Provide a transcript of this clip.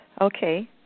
Okay